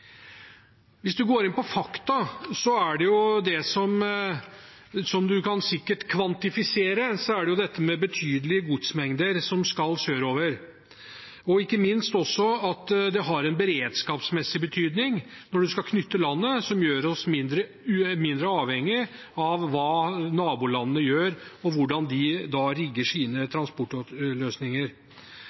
Går man inn på fakta og det man sikkert kan kvantifisere, er det dette med betydelige godsmengder som skal sørover, ikke minst også at det har en beredskapsmessig betydning når man skal knytte landet sammen, som gjør oss mindre avhengig av hva nabolandene gjør, og hvordan de rigger sine transportløsninger.